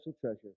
treasure